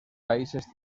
países